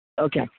Okay